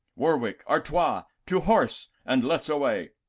warwick, artois, to horse and let's away!